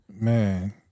man